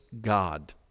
God